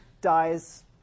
dies